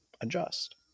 adjust